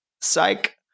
psych